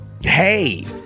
hey